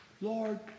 Lord